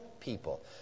people